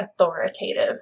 authoritative